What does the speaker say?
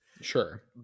sure